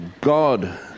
God